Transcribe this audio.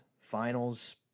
finals